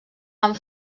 amb